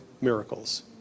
miracles